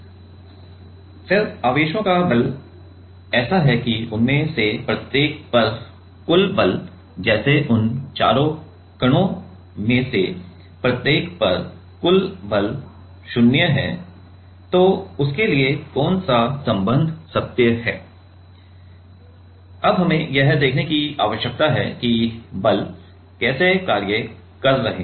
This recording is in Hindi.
और फिर आवेशों का बल ऐसा है कि उनमें से प्रत्येक पर कुल बल जैसे उन चारों कणों में से प्रत्येक पर कुल बल शून्य है तो उसके लिए कौन सा संबंध सत्य है हमें यह देखने की आवश्यकता है कि बल कैसे कार्य कर रहे हैं